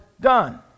done